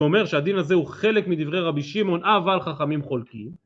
זה אומר שהדין הזה הוא חלק מדברי רבי שמעון, אבל חכמים חולקים.